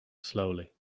slowly